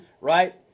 right